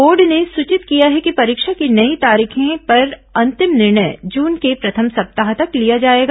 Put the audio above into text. board ने सूचित किया है कि परीक्षा की नई तारीखों पर अंतिम निर्णय जून के प्रथम सप्ताह तक लिया जाएगा